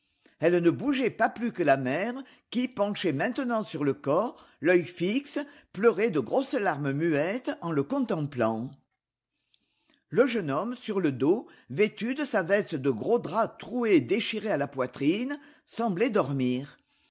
elle ne bougeait pas plus que la mère qui penchée maintenant sur le corps l'œil fixe pleurait de grosses larmes muettes en le contemplant le jeune homme sur le dos vêtu de sa veste de gros drap trouée et déchirée à la poitrine semblait dormir